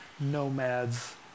nomads